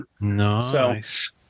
Nice